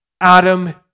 Adam